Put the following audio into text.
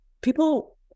people